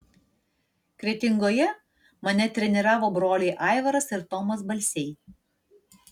kretingoje mane treniravo broliai aivaras ir tomas balsiai